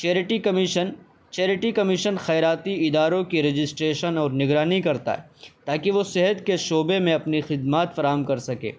charity commission charity commission خیراتی اداروں کے رجسٹریشن اور نگرانی کرتا ہے تاکہ وہ صحت کے شعبے میں اپنی خدمات فراہم کر سکے